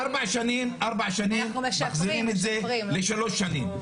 ארבע שנים מחזירים את זה לשלוש שנים,